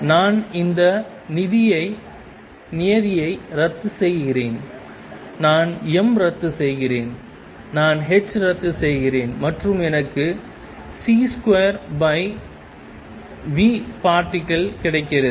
நான் இந்த நியதியை ரத்து செய்கிறேன் நான் m ரத்து செய்கிறேன் நான் h ரத்து செய்கிறேன் மற்றும் எனக்கு c2vparticle கிடைக்கிறது